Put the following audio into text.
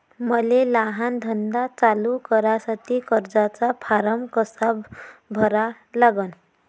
मले लहान धंदा चालू करासाठी कर्जाचा फारम कसा भरा लागन?